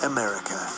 America